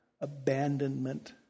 abandonment